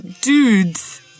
dudes